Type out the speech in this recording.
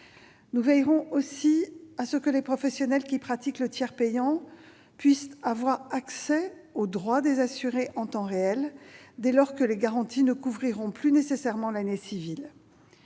Nous veillerons aussi à ce que les professionnels pratiquant le tiers payant aient accès aux droits des assurés en temps réel, dès lors que les garanties ne couvriront plus nécessairement l'année civile.